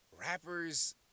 rappers